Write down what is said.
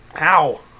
Ow